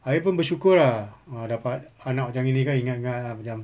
ayah pun bersyukur lah ah dapat anak macam gini kan ingatkan ah macam